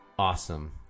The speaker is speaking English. Awesome